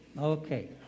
Okay